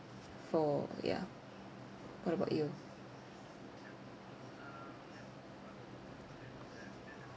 for yeah what about you